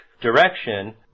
direction